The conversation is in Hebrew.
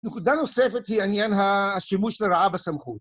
נקודה נוספת היא עניין השימוש לרעה בסמכות.